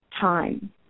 time